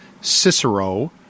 Cicero